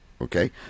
Okay